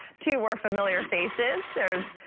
two were familiar faces says.